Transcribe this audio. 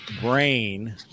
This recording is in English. brain